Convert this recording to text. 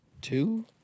two